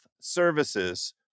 Services